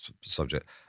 subject